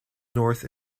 north